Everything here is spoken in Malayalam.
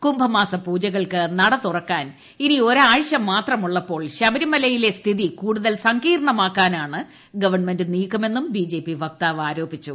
കുംഭ മാസ പൂജകൾക്ക് നട തുറക്കാൻ ഇനി ഒരാഴ്ച്ച മാത്രമുള്ളപ്പോൾ ശബരിമലയിലെ സ്ഥിതി കൂടുതൽ സങ്കീർണമാക്കാനാണ് ഗവൺമെന്റ് നീക്കമെന്നും ബിജെപി വക്താവ് ആരോപിച്ചു